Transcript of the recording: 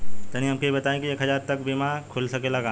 तनि हमके इ बताईं की एक हजार तक क बीमा खुल सकेला का?